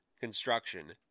Construction